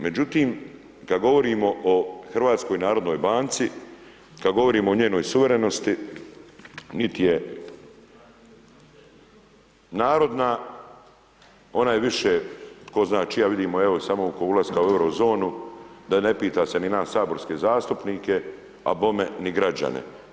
Međutim, kad govorimo o HNB, kad govorimo o njenoj suverenosti, niti je narodna, ona je više tko zna čija, vidimo evo samo oko ulaska u Eurozonu, da ne pita se ni nas saborske zastupnike, a bome ni građane.